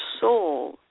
soul